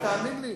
תאמין לי.